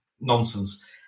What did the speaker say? nonsense